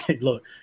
look